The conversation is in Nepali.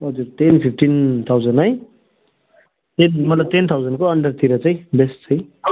बजेट टेन फिफ्टिन थाउजन्ड है ए मतलब टेन थाउजन्डको अन्डरतिर चाहिँ बेस्ट चाहिँ